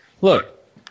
look